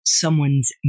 someone's